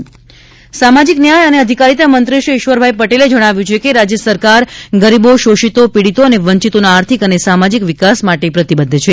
ઈશ્વરભાઇ પટેલ સામાજિક ન્યાય અને અધિકારીતા મંત્રીશ્રી ઈશ્વરભાઈ પટેલે જણાવ્યું છે કે રાજય સરકાર ગરીબો શોષિતો પીડીતો અને વંચિતોના આર્થિક અને સામાજિક વિકાસ માટે પ્રતિબદ્ધ છે